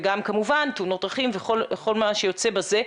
וגם כמובן תאונות דרכים וכל מה שיוצא בזה.